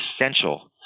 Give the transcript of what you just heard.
essential